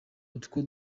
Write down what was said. utwo